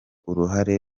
uruhare